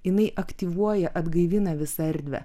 jinai aktyvuoja atgaivina visą erdvę